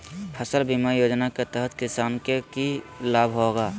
फसल बीमा योजना के तहत किसान के की लाभ होगा?